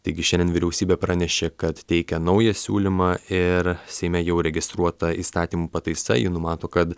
taigi šiandien vyriausybė pranešė kad teikia naują siūlymą ir seime jau registruota įstatymų pataisa ji numato kad